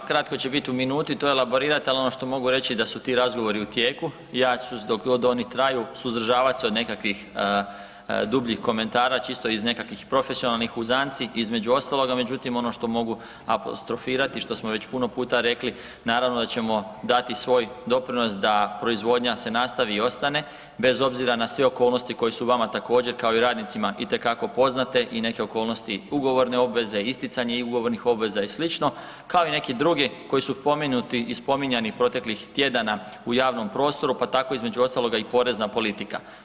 Pa kratko ću biti u minuti to elaborirat ali ono što mogu reći da su ti razgovori u tijeku, ja ću dok oni traju, suzdržavat se od nekakvih dubljih komentara čisto iz nekakvih profesionalnih uzanci između ostaloga međutim ono što mogu apostrofirati i što smo već puno puta rekli, naravno da ćemo dati svoj doprinos da proizvodnja se nastavi i ostane bez obzira na sve okolnosti koje su vama također kao i radnicima itekako poznate i neke okolnosti, ugovorne obveze, isticanje ugovornih obveza i sl., kao i neki drugi koje su pomenuti i spominjati proteklih tjedana u javnom prostoru pa tako između ostaloga i porezna politika.